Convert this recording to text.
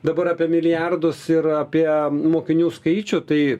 dabar apie milijardus ir apie mokinių skaičių tai